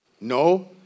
No